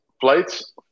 flights